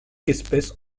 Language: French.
espèces